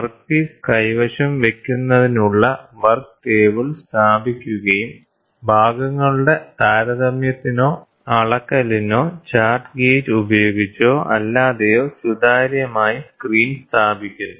workpiece കൈവശം വയ്ക്കുന്നതിനുള്ള work table സ്ഥാപിക്കുകയും ഭാഗങ്ങളുടെ താരതമ്യത്തിനോ അളക്കലിനോ ചാർട്ട് ഗേജ് ഉപയോഗിച്ചോ അല്ലാതെയോ സുതാര്യമായി സ്ക്രീൻ സ്ഥാപിക്കുന്നു